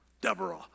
Deborah